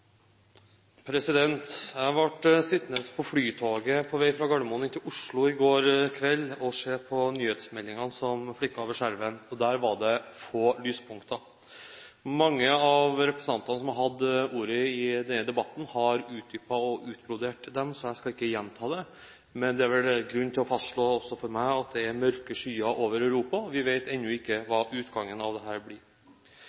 Jeg ble sittende på Flytoget på vei fra Gardermoen og inn til Oslo i går kveld og se på nyhetsmeldingene som flimret over skjermen. Der var det få lyspunkter. Mange av representantene som har hatt ordet i denne debatten, har utdypet og utbrodert dette, så jeg skal ikke gjenta det, men det er vel grunn til også for meg å fastslå at det er mørke skyer over Europa, og vi vet ennå ikke